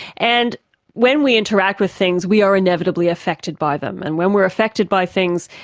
and when we interact with things, we are inevitably affected by them. and when we are affected by things,